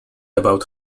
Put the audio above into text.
about